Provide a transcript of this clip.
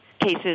cases